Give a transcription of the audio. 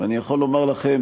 ואני יכול לומר לכם,